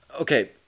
okay